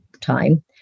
time